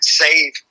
save